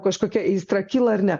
kažkokia aistra kyla ar ne